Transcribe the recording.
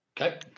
Okay